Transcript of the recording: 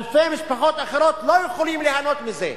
אלפי משפחות אחרות לא יכולות ליהנות מזה,